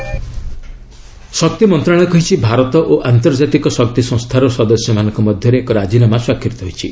India IEA ଶକ୍ତି ମନ୍ତ୍ରଣାଳୟ କହିଛି ଭାରତ ଓ ଆନ୍ତର୍ଜାତିକ ଶକ୍ତି ସଂସ୍ଥାର ସଦସ୍ୟମାନଙ୍କ ମଧ୍ୟରେ ଏକ ରାଜିନାମା ସ୍ୱାକ୍ଷରିତ ହୋଇଛି